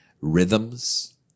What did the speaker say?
rhythms